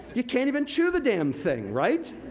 you can't even chew the damn thing, right?